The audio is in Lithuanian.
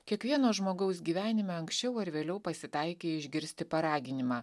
kiekvieno žmogaus gyvenime anksčiau ar vėliau pasitaikė išgirsti paraginimą